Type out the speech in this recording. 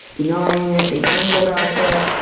denying it, being angry about it,